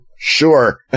Sure